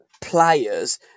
players